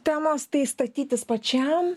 temos tai statytis pačiam